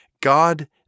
God